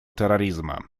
терроризма